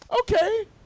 okay